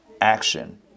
action